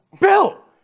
Bill